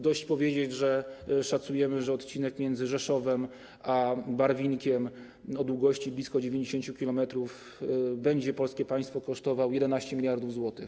Dość powiedzieć, że szacujemy, że odcinek między Rzeszowem a Barwinkiem o długości blisko 90 km będzie polskie państwo kosztował 11 mld zł.